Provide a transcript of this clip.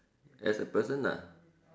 as a person lah